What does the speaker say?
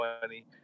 money